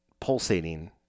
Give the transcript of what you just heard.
pulsating